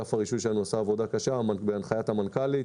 אגף הרישוי שלנו עשה עבודה קשה בהנחית המנכ"לית.